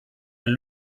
eine